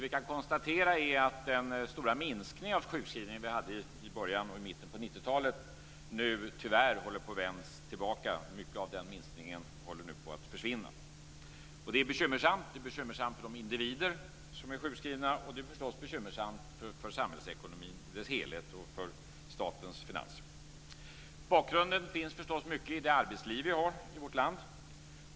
Vi kan konstatera att den stora minskning av sjukskrivningen vi hade i början och mitten på 90-talet nu tyvärr håller på att vända tillbaka, och mycket av minskningen håller på att försvinna. Det är bekymmersamt. Det är bekymmersamt för de individer som är sjukskrivna, och det är förstås bekymmersamt för samhällsekonomin i dess helhet och statens finanser. Bakgrunden finns förstås mycket i det arbetsliv vi har i vårt land.